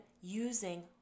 using